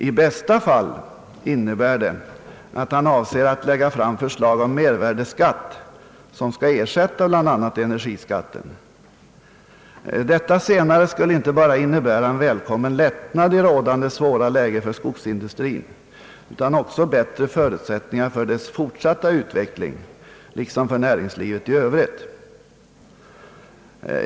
I bästa fall innebär det att han avser att lägga fram förslag om mervärdeskatt, som skall ersätta bl.a. energiskatten. Detta senare skulle inte bara innebära en välkommen lättnad i rådande svåra läge för skogsindustrin utan också bättre förutsättningar för dess fortsatta utveckling liksom för näringslivet i Öövrigt.